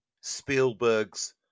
spielberg's